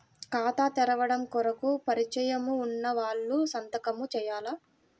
ఖాతా తెరవడం కొరకు పరిచయము వున్నవాళ్లు సంతకము చేయాలా?